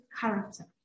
character